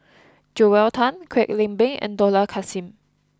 Joel Tan Kwek Leng Beng and Dollah Kassim